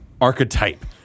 archetype